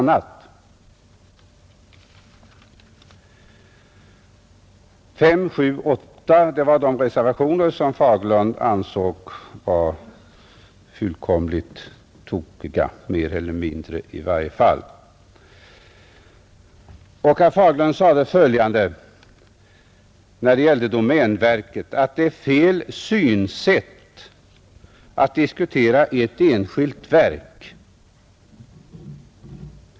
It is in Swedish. Reservationerna 5, 7 och 8 var de reservationer som herr Fagerlund främst ansåg vara mer eller mindre tokiga. Herr Fagerlund sade när det gäller domänverket att det är fel synsätt att diskutera ett enskilt verk.